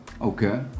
Okay